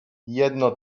jedno